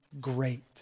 great